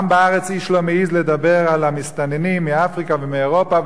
גם בארץ איש לא מעז לדבר על המסתננים מאפריקה ומאירופה,